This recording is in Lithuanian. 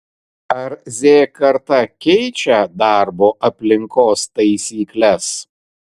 ar z karta keičia darbo aplinkos taisykles